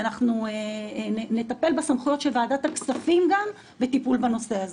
ואנחנו נטפל בסמכויות של ועדת הכספים גם בטיפול בנושא הזה.